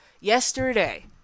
yesterday